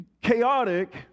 chaotic